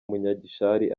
munyagishari